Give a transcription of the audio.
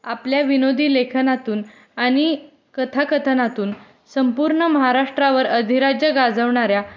आपल्या विनोदी लेखनातून आणि कथाकथनातून संपूर्ण महाराष्ट्रावर अधिराज्य गाजवणाऱ्या